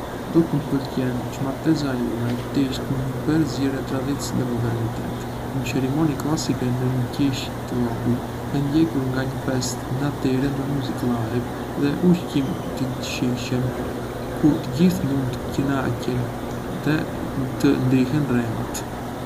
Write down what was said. Do të më pëlqente që martesa ime të ishte një përzierje e traditës dhe modernitetit. Një ceremoni klasike në një kishë të vogël, e ndjekur nga një festë në natyrë me muzikë live dhe ushqim të shijshëm, ku të gjithë mund të kënaqen dhe të ndihen rehat.